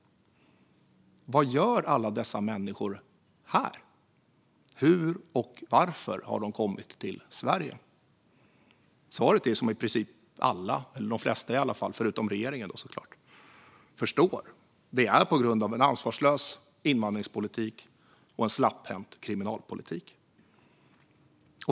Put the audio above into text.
Vad gör alla dessa människor här? Hur och varför har de kommit till Sverige? Svaret är det som i princip alla, de flesta förutom regeringen, förstår, nämligen att det är på grund av en ansvarslös invandringspolitik och en slapphänt kriminalpolitik.